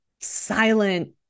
silent